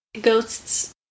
Ghosts